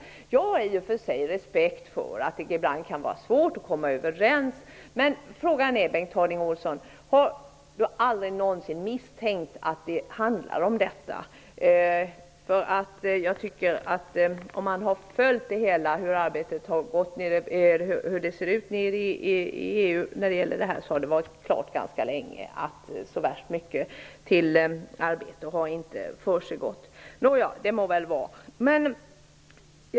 Jag har i och för sig respekt för att det ibland kan vara svårt att komma överens. Men frågan är: Har Bengt Harding Olson aldrig misstänkt att det handlar om detta? Om man följt EU:s arbete i denna fråga har man kunnat finna att så värst mycket till arbete inte har försiggått; det har stått klart ganska länge.